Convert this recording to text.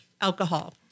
alcohol